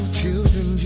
children